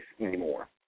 anymore